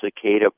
cicada